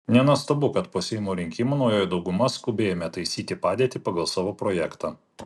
nenuostabu kad po seimo rinkimų naujoji dauguma skubiai ėmėsi taisyti padėtį pagal savo projektą